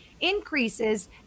increases